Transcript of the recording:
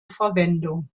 verwendung